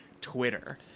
Twitter